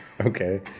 Okay